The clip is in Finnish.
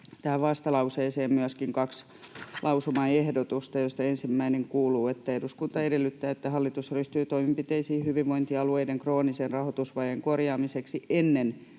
tähän vastalauseeseen myöskin kaksi lausumaehdotusta, joista ensimmäinen kuuluu: ”Eduskunta edellyttää, että hallitus ryhtyy toimenpiteisiin hyvinvointialueiden kroonisen rahoitusvajeen korjaamiseksi ennen